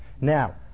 now